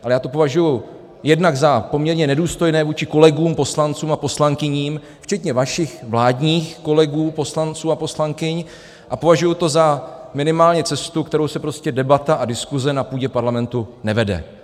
Ale já to považuji jednak za poměrně nedůstojné vůči kolegům poslancům a poslankyním, včetně vašich vládních kolegů poslanců a poslankyň, a považuji to za minimálně cestu, kterou se prostě debata a diskuse na půdě parlamentu nevede.